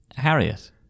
Harriet